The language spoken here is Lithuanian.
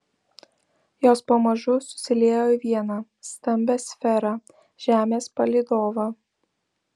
jos pamažu susiliejo į vieną stambią sferą žemės palydovą